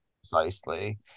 Precisely